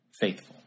Faithful